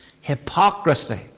Hypocrisy